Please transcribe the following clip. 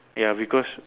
ya because